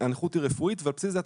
הנכות היא רפואית ועל בסיס זה אתה